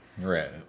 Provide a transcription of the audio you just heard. right